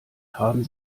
haben